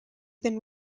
been